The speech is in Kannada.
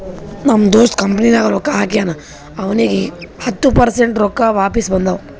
ನಮ್ ದೋಸ್ತ್ ಕಂಪನಿನಾಗ್ ರೊಕ್ಕಾ ಹಾಕ್ಯಾನ್ ಅವ್ನಿಗ ಈಗ್ ಹತ್ತ ಪರ್ಸೆಂಟ್ ರೊಕ್ಕಾ ವಾಪಿಸ್ ಬಂದಾವ್